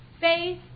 Faith